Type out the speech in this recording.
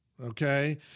Okay